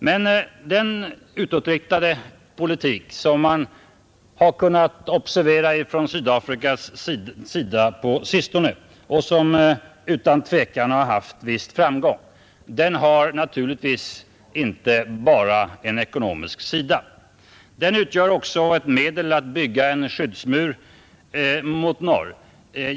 Men den utåtriktade politik som man har kunnat observera att Sydafrika fört på sistone och som utan tvivel har haft en viss framgång har naturligtvis inte bara en ekonomisk sida. Den utgör också ett medel att bygga en skyddsmur mot norr.